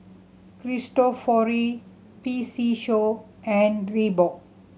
Cristofori P C Show and Reebok